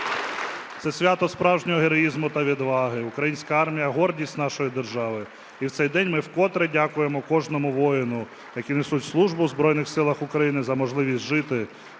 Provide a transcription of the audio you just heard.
Це свято справжнього героїзму та відваги. Українська армія – гордість нашої держави. І в цей день ми вкотре дякуємо кожному воїну, які несуть службу в Збройних Силах України, за можливість жити,